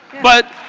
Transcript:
but